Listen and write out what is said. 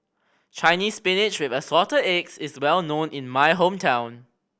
Chinese Spinach with Assorted Eggs is well known in my hometown